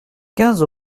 quinze